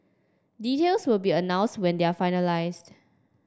details will be announced when they are finalised